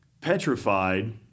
petrified